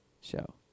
Show